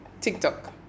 TikTok